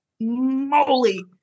moly